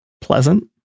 pleasant